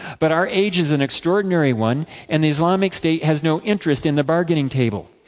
but our age is an extraordinary one and the islamic state has no interest in the bargaining table.